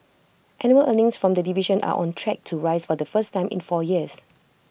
annual earnings from the division are on track to rise for the first time in four years